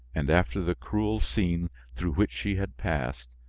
and after the cruel scene through which she had passed,